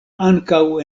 ankaŭ